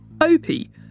Opie